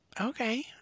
Okay